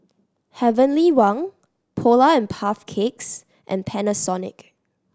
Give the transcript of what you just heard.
Heavenly Wang Polar and Puff Cakes and Panasonic